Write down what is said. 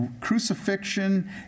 crucifixion